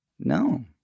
no